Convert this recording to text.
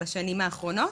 בשנים האחרונות,